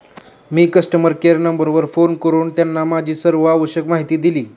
मी customer care नंबरवर phone करून त्यांना माझी सर्व आवश्यक माहिती दिली